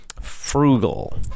Frugal